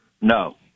No